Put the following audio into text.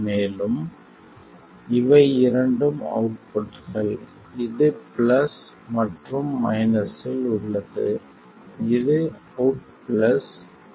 மேலும் இவை இரண்டும் அவுட்புட்கள் இது பிளஸ் மற்றும் மைனஸில் உள்ளது இது அவுட் பிளஸ் மற்றும் அவுட் மைனஸ்